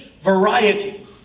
variety